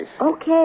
Okay